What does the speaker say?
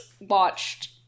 watched